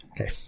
Okay